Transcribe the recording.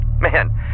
Man